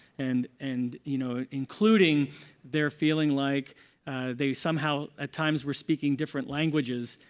and and you know, including their feeling like they somehow at times were speaking different languages.